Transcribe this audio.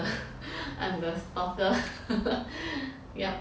I'm the stalker yepp